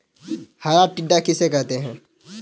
हरा टिड्डा किसे कहते हैं?